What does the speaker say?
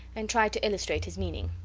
and tried to illustrate his meaning.